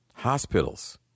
Hospitals